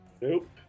Nope